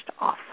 off